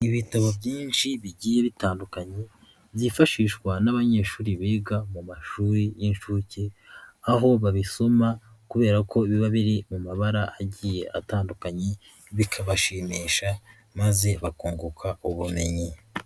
Ibitabo byinshi bigiye bitandukanye byifashishwa n'abanyeshuri biga mu mashuri y'inshuke, aho babisoma kubera ko biba biri mu mabara agiye atandukanye, bikabashimisha maze bakunguka ubumenyi.